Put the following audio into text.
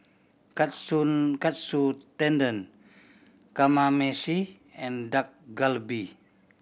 Katsu Katsu Tendon Kamameshi and Dak Galbi